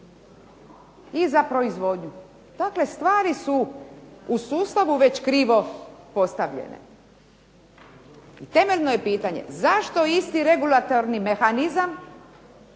i za proizvodnu. Takve stvari su u sustavu već krivo postavljene. Temeljno je pitanje zašto isti regulatorni mehanizam,